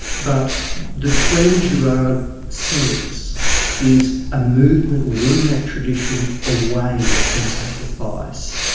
but the trend girard says is a movement within that tradition a way from sacrifice,